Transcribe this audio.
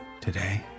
today